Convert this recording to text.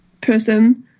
person